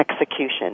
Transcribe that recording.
execution